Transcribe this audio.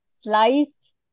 sliced